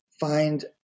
find